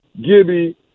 Gibby